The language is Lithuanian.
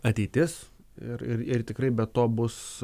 ateitis ir ir tikrai be to bus